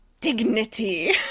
dignity